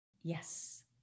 Yes